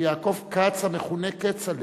יעקב כץ המכונה כצל'ה.